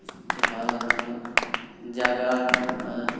ᱤᱥᱠᱮ ᱵᱟᱫᱽ ᱡᱟᱭᱜᱟ ᱟᱨ